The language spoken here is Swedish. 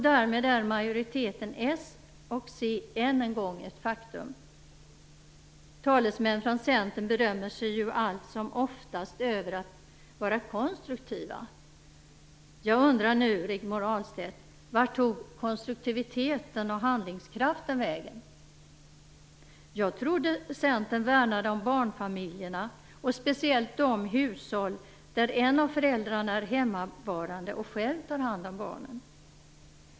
Därmed är majoriteten med Socialdemokraterna och Centerpartiet än en gång ett faktum. Talesmän från Centern berömmer sig ju allt som oftast över att vara konstruktiva. Jag undrar nu, Rigmor Ahlstedt: Jag trodde att Centern värnade om barnfamiljerna, och speciellt om de hushåll där en av föräldrarna är hemmavarande och själv tar hand om barnen.